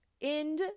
end